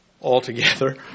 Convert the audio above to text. altogether